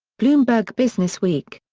bloomberg businessweek.